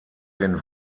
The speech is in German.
den